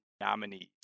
nominees